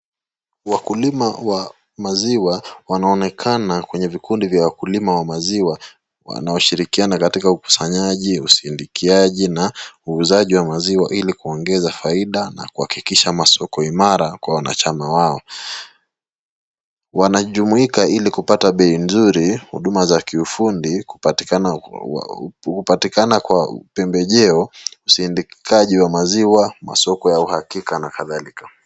Wakulima wa maziwa wanaonekana kwenye vikundi vya wakulima wa maziwa wanaoshirikiana katika ukusanyaji, usindikuaji na uuzaji wa maziwa ili kuongeza faida na kuhakikisha masoko imara kwa wanachama wao. Wanajumuika ili kupata bei nzuri huduma za kiufundi kupatikana kwa hupatikana kwa upembejeo usindikaji wa maziwa masoko ya uhakika na kadhalika.